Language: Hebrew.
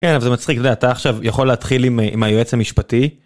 כן אבל זה מצחיק, אתה יודע, אתה עכשיו יכול להתחיל עם היועץ המשפטי.